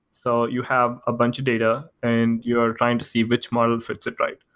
so you have a bunch of data and you are trying to see which models fits it right.